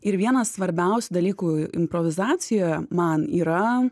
ir vienas svarbiausių dalykų improvizacijoje man yra